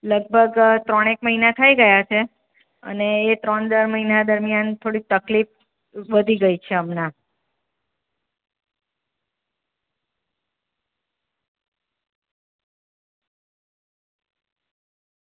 લગભગ ત્રણેક મહિના થઈ ગયા છે અને એ ત્રણ ચાર મહિના દરમિયાન થોડીક તકલીફ વધી ગઈ છે હમણાં